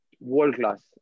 world-class